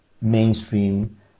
mainstream